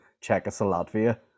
Czechoslovakia